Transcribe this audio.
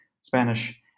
Spanish